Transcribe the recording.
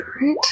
right